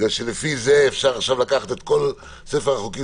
כי לפי זה אפשר לקחת עכשיו את כל ספר החוקים